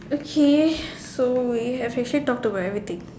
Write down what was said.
okay so we have actually talk about everything